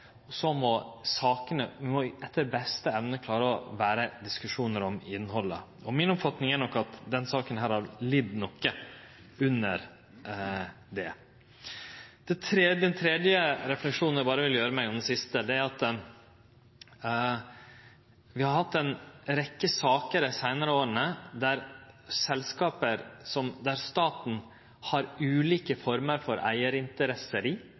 men det må finnast ein arena for det, og så må vi etter beste evne klare å la det vere diskusjonar om innhaldet. Mi oppfatning er nok at denne saka har lidd noko under det. Den tredje, og siste, refleksjonen eg vil gjere meg, er at vi har hatt ei rekkje saker i dei seinare åra der selskap der staten har ulike former for